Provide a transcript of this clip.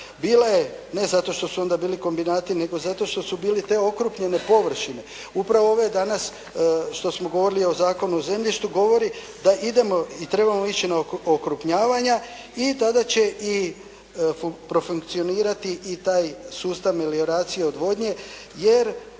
Bila je, ne zato što su onda bili kombinati, nego zato što su bile te okrupnjene površine. Upravo ove danas što smo govorili o Zakonu o zemljištu govori da idemo i trebamo ići na okrupnjavanja i tada će i profunkcionirati i taj sustav melioracije i odvodnje jer